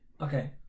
Okay